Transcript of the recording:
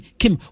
kim